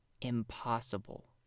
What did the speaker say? impossible